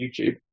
YouTube